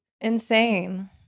Insane